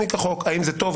האם זה טוב,